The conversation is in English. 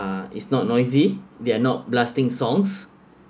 it's not noisy they are not blasting songs